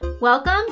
Welcome